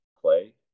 play